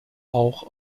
auch